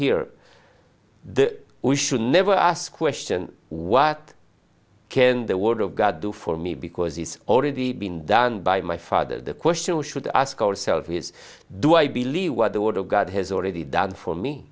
here the we should never ask question what can the word of god do for me because it's already been done by my father the question you should ask yourself is do i believe what the word of god has already done for me